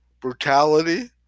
brutality